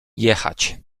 jechać